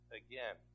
again